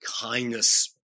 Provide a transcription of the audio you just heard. kindness